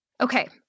Okay